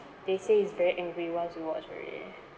they say is very angry once you watch already